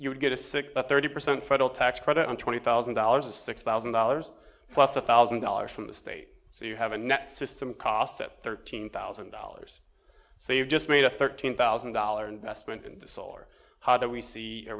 you would get a sick but thirty percent federal tax credit on twenty thousand dollars or six thousand dollars plus a thousand dollars from the state so you have a net system cost at thirteen thousand dollars saved just made a thirteen thousand dollar investment in solar how do we see a